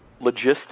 logistics